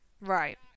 Right